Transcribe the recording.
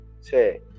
say